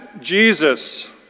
Jesus